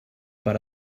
per